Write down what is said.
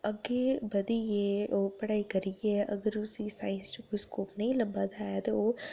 अग्गें बधियै ओह् पढ़ाई करियै अगर उस्सी साईंस च कोई स्कोप नेईं लब्भा दा है ते ओह्